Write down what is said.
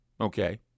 Okay